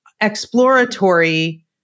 exploratory